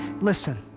Listen